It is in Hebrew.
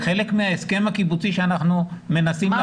זה חלק מההסכם הקיבוצי שאנחנו מנסים לחתום.